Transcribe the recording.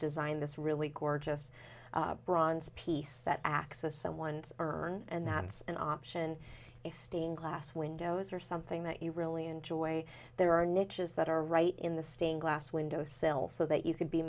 designed this really gorgeous bronze piece that access someone's urn and that's an option if stained glass windows or something that you really enjoy there are niches that are right in the stained glass window sell so that you can be